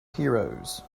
heroes